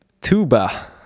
tuba